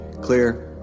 clear